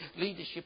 leadership